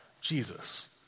Jesus